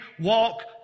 walk